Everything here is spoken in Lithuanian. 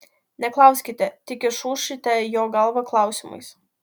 neklauskite tik išūšite jo galvą klausimais